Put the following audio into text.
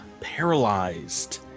paralyzed